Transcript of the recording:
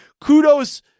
Kudos